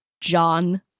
John